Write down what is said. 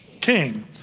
king